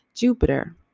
jupiter